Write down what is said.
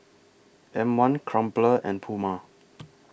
M one Crumpler and Puma